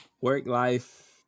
Work-life